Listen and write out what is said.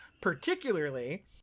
particularly